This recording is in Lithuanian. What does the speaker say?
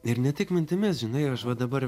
ir ne tik mintimis žinai ir aš va dabar